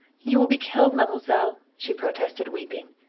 you will be killed, mademoiselle, she protested, weeping.